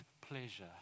pleasure